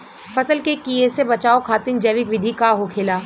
फसल के कियेसे बचाव खातिन जैविक विधि का होखेला?